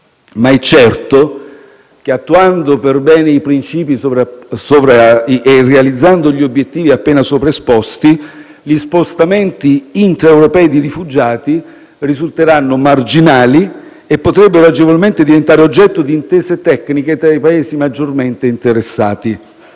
È certo che, attuando per bene i principi e realizzando gli obiettivi appena sopra esposti, gli spostamenti intraeuropei di rifugiati risulteranno marginali e potrebbero agevolmente diventare oggetto di intese tecniche tra i Paesi maggiormente interessati.